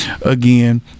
again